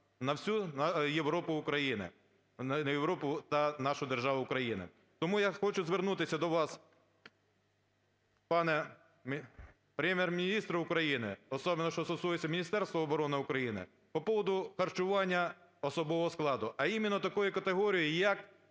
на всю Європу… Україну… на Європу та нашу державу Україну. Тому я хочу звернутися до вас, пане Прем'єр-міністре України, особенно, що стосується Міністерства оборони України по поводу харчування особового складу, а іменно такої категорії як